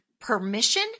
permission